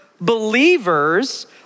believers